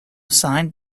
signed